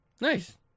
Nice